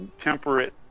temperate